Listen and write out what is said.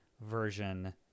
version